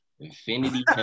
Infinity